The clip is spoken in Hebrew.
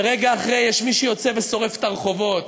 ורגע אחרי יש מי שיוצא ושורף את הרחובות,